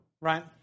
right